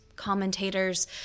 commentators